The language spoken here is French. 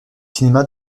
cinéma